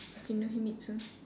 kinohimitsu